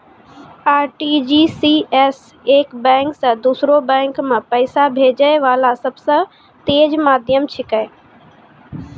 RTGS एक bank से दोसरो बैंक मे पैसा भेजै वाला सबसे तेज माध्यम छिकै